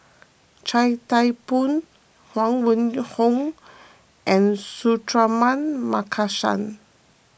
Chia Thye Poh Huang Wenhong and Suratman Markasan